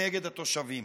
ונגד התושבים.